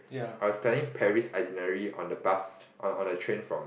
I was planning Paris itinerary on the bus on on the train from